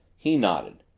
he nodded.